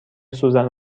سوزن